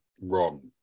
wrong